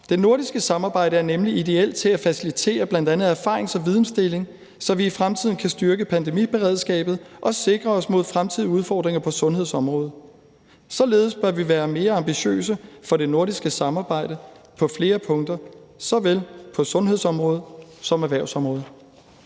Det nordiske samarbejde er nemlig ideelt til at facilitere bl.a. erfarings- og vidensdeling, så vi i fremtiden kan styrke pandemiberedskabet og sikre os mod fremtidige udfordringer på sundhedsområdet. Således bør vi være mere ambitiøse i det nordiske samarbejde på flere punkter på såvel sundhedsområdet som erhvervsområdet.